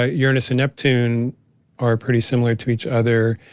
ah uranus and neptune are pretty similar to each other.